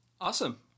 awesome